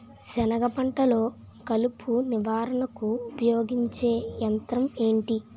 సెనగ పంటలో కలుపు నివారణకు ఉపయోగించే యంత్రం ఏంటి?